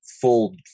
full